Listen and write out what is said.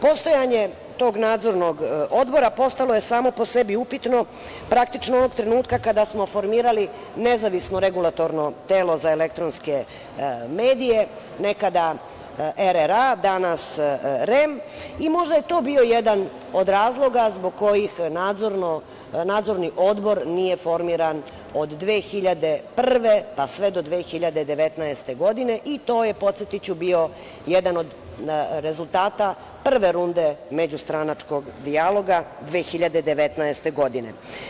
Postojanje tog Nadzornog odbora postalo je samo po sebi upitno, praktično onog trenutka kada smo formirali nezavisno Regulatorno telo za elektronske medije, nekada RRA, danas REM i možda je to bio jedan od razloga zbog kojih Nadzorni odbor nije formiran od 2001. godine pa sve do 2019. godine i to je podsetiću, bio jedan od rezultata prve runde međustranačkog dijaloga 2019. godine.